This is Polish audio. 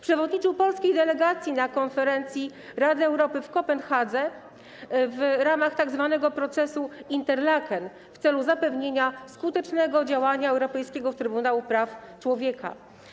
Przewodniczył polskiej delegacji na konferencji Rady Europy w Kopenhadze w ramach tzw. procesu Interlaken w celu zapewnienia skutecznego działania Europejskiego Trybunału Praw Człowieka.